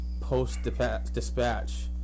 Post-Dispatch